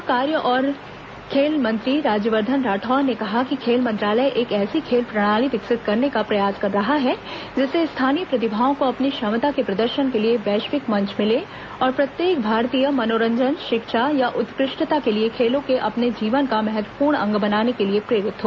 युवा कार्य और खेल मंत्री राज्यवर्धन राठौर ने कहा कि खेल मंत्रालय एक ऐसी खेल प्रणाली विकसित करने का प्रयास कर रहा है जिससे स्थानीय प्रतिभाओं को अपनी क्षमता के प्रदर्शन के लिए वैश्विक मंच मिले और प्रत्येक भारतीय मनोरंजन शिक्षा या उत्कृष्टता के लिए खेलों को अपने जीवन का महत्वपूर्ण अंग मानने के लिए प्रेरित हो